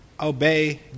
obey